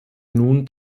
nun